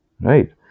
right